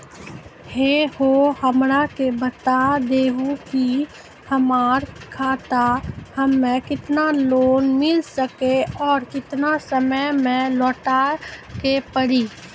है हो हमरा के बता दहु की हमार खाता हम्मे केतना लोन मिल सकने और केतना समय मैं लौटाए के पड़ी?